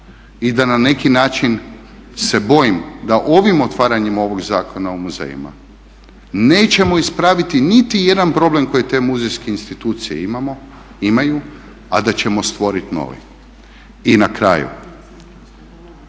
i da na neki način se bojim da ovim otvaranjem ovog Zakona o muzejima nećemo ispraviti niti jedan problem koji te muzejske institucije imaju, a da ćemo stvorit nove. I na kraju,